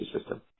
system